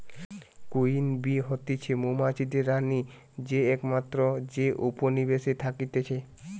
queen bee হতিছে মৌমাছিদের রানী যে একমাত্র যে উপনিবেশে থাকতিছে